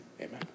amen